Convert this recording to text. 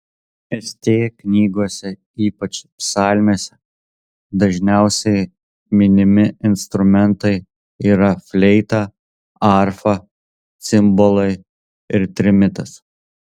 st knygose ypač psalmėse dažniausiai minimi instrumentai yra fleita arfa cimbolai ir trimitas